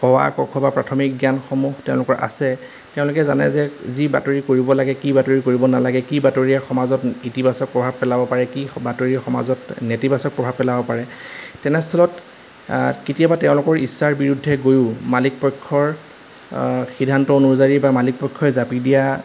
অ আ ক খ বা প্ৰাথমিক জ্ঞানসমূহ তেওঁলোকৰ আছে তেওঁলোকে জানে যে যি বাতৰি কৰিব লাগে কি বাতৰি কৰিব নালাগে কি বাতৰিয়ে সমাজত ইতিবাচক প্ৰভাৱ পেলাব পাৰে কি বাতৰিয়ে সমাজত নেতিবাচক প্ৰভাৱ পেলাব পাৰে তেনেস্থলত কেতিয়াবা তেওঁলোকৰ ইচ্ছাৰ বিৰুদ্ধে গৈও মালিক পক্ষৰ সিদ্ধান্ত অনুযায়ী বা মালিক পক্ষই জাপি দিয়া